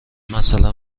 مثلا